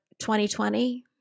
2020